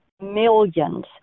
millions